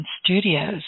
Studios